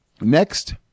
Next